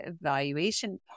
evaluation